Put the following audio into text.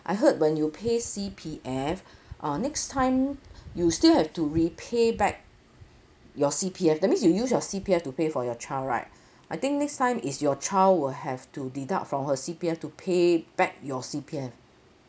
I heard when you pay C_P_F uh next time you still have to repay back your C_P_F that means you use your C_P_F to pay for your child right I think next time is your child will have to deduct from her C_P_F to pay back your C_P_F